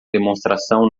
demonstração